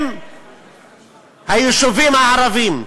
אם היישובים הערביים,